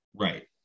right